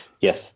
Yes